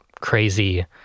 crazy